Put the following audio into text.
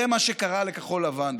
זה מה שקרה לכחול לבן.